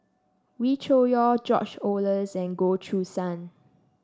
Wee Cho Yaw George Oehlers and Goh Choo San